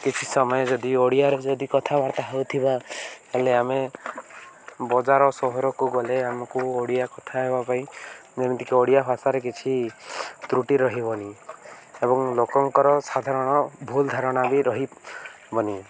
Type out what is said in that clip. କିଛି ସମୟ ଯଦି ଓଡ଼ିଆରେ ଯଦି କଥାବାର୍ତ୍ତା ହେଉଥିବା ହେଲେ ଆମେ ବଜାର ସହରକୁ ଗଲେ ଆମକୁ ଓଡ଼ିଆ କଥା ହେବା ପାଇଁ ଯେମିତିକି ଓଡ଼ିଆ ଭାଷାରେ କିଛି ତ୍ରୁଟି ରହିବନି ଏବଂ ଲୋକଙ୍କର ସାଧାରଣ ଭୁଲ ଧାରଣା ବି ରହିବନି